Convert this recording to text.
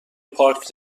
پارک